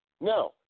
Now